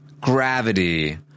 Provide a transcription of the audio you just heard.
gravity